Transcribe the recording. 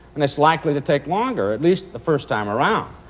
and it's likely to take longer, at least the first time around.